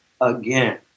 again